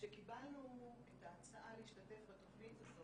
כשקיבלתי את